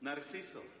Narciso